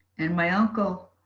and my uncle.